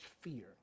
fear